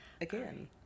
again